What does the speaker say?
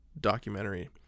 documentary